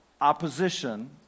opposition